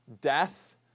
death